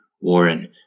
Warren